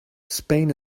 spain